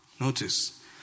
Notice